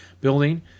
building